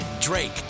Drake